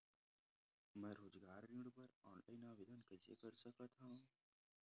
मैं रोजगार ऋण बर ऑनलाइन आवेदन कइसे कर सकथव?